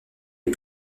les